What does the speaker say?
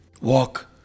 Walk